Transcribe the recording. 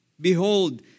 Behold